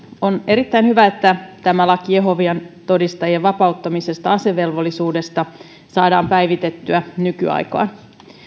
on erittäin hyvä että laki jehovan todistajien vapauttamisesta asevelvollisuudesta saadaan päivitettyä nykyaikaan